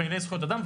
פעילי זכויות אדם,